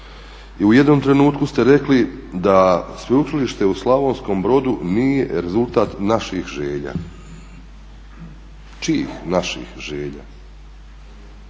i u jednom trenutku ste rekli da Sveučilište u Slavonskom Brodu nije rezultat naših želja. Čijih naših želja?